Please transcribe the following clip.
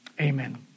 Amen